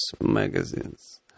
magazines